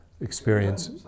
experience